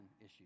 issue